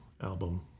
album